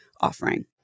offering